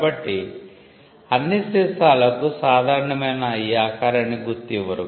కాబట్టి అన్ని సీసాలకు సాధారణమైన ఈ ఆకారానికి గుర్తు ఇవ్వరు